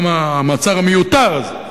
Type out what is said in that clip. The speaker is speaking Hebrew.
המעצר המיותר הזה.